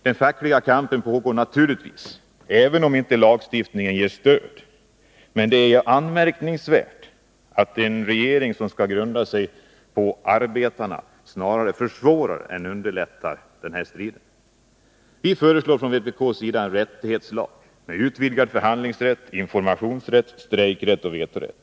Den fackliga kampen går naturligtvis vidare, även om den inte ges stöd i lagstiftningen. Men det är anmärkningsvärt att en arbetarregering snarare försvårar än underlättar den kampen. Vpk föreslår en rättighetslag med utvidgad förhandlingsrätt, informationsrätt, strejkrätt och vetorätt.